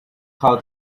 how